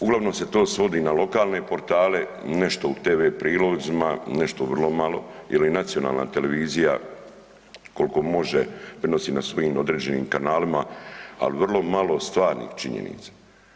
Uglavnom se to svod na lokalne portale, nešto u TV prilozima, nešto vrlo malo ili nacionalna televizija koliko može prenosi na svojim određenim kanalima, ali vrlo malo stvarnih činjenica.